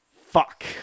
fuck